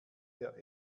der